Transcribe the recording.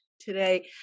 today